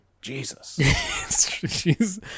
Jesus